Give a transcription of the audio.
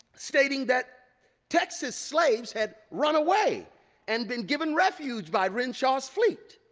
stating that texas slaves had run away and been given refuge by renshaw's fleet.